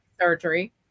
surgery